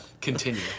Continue